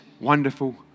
wonderful